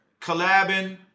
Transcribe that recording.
collabing